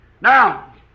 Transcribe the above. Now